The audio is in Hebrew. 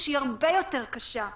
שהיא הרבה יותר קשה,